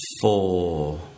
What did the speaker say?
four